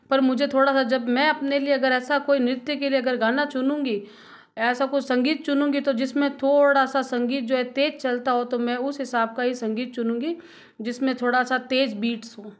पर मुझे थोड़ा सा जब मैं अपने लिए अगर ऐसा कोई नृत्य के लिए अगर गाना चुनूँगी ऐसा कोई संगीत चुनूँगी तो जिसमें थोड़ा सा संगीत जो है तेज चलता हो तो मैं उस हिसाब का ही संगीत चुनूँगी जिसमें थोड़ा सा तेज बीट्स